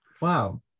Wow